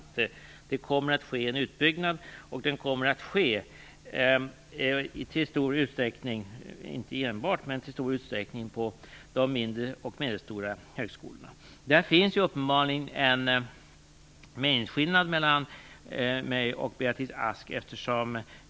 Det kommer att ske en utbyggnad, och den kommer i stor utsträckning, om än inte enbart, att ske på de mindre och medelstora högskolorna. Där finns det uppenbarligen en meningsskiljaktighet mellan mig och Beatrice Ask.